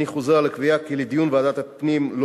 אני חוזר על הקביעה שלדיון ועדת הפנים לא